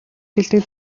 хэлдэг